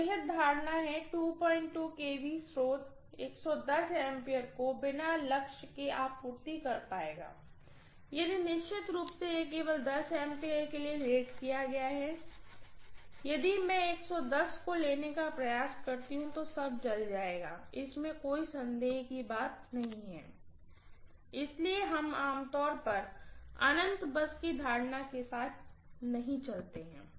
तो निहित धारणा है kV स्रोत A को बिना लक्ष्य के आपूर्ति कर पाएगा यदि निश्चित रूप से यह केवल A के लिए रेट किया गया है यदि मैं को लेने का प्रयास करती हूँ तो सब जल जायेगा इसमें कोई संदेह कि बात नहीं है इसलिए हम आम तौर पर अनंत बस की धारणा के साथ चलते हैं